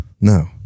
no